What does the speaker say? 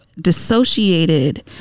dissociated